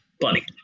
Bunny